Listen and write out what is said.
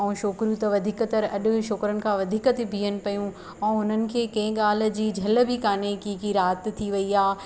ऐं छोकिरियूं त वधीकतर अॼु बि छोकिरियुनि खां वधीक थी बीहन पियूं ऐं हुननि खे कंहिं ॻाल्हि जी झल बि कोन्हे की की राति थी वई आहे